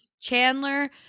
chandler